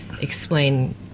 explain